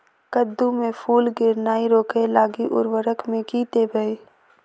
कद्दू मे फूल गिरनाय रोकय लागि उर्वरक मे की देबै?